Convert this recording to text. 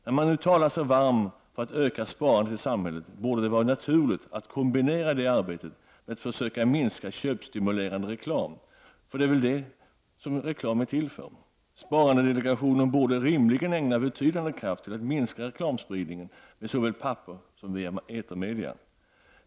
När man nu talar sig varm för att öka sparandet i samhället borde det vara naturligt att kombinera det arbetet med att försöka minska köpstimulerande reklam. För det är väl det som reklam är till för? Sparandedelegationen borde rimligen ägna betydande kraft till att minska reklamspridningen med såväl papper som via etermedia.